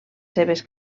seves